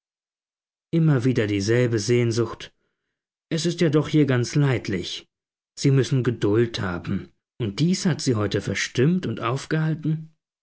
immer wieder dieselbe sehnsucht es ist ja doch hier ganz leidlich sie müssen geduld haben und dies hat sie heute verstimmt und aufgehalten